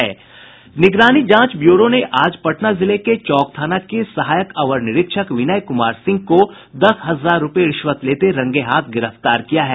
निगरानी जांच ब्यूरो ने आज पटना जिले के चौक थाना के सहायक अवर निरीक्षक विनय कुमार सिंह को दस हजार रुपये रिश्वत लेते रंगे हाथ गिरफ्तार किया है